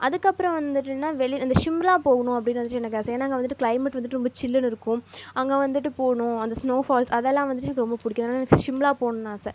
அதுக்கப்புறம் வந்துவிட்டுனா வெளி அந்த ஷிம்லா போகணும் அப்படின்னு வந்துட்டு எனக்கு ஆசை ஏன்னா அங்கே வந்துவிட்டு க்ளைமேட் வந்துவிட்டு ரொம்ப சில்லுன்னு இருக்கும் அங்கே வந்துவிட்டு போகணும் அந்த ஸ்னோ ஃபால்ஸ் அதெல்லாம் வந்துட்டு எனக்கு ரொம்ப பிடிக்கும் ஏன்னா எனக்கு ஷிம்லா போகணுன்னு ஆசை